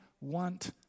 want